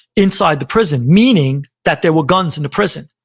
inside the prison, meaning that there were guns in the prison.